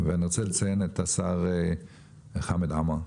ואני רוצה לציין את השר חמד עמאר,